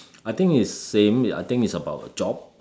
I think is same I think it's about a job